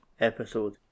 episode